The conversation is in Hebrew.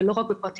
שזה לא רק פרטיות.